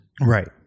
Right